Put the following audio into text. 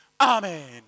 Amen